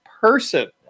person